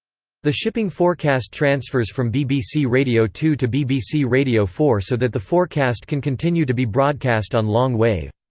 the shipping forecast transfers from bbc radio two to bbc radio four so that the forecast can continue to be broadcast on long wave.